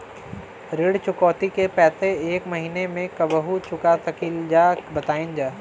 ऋण चुकौती के पैसा एक महिना मे कबहू चुका सकीला जा बताईन जा?